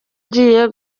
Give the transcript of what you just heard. ugiye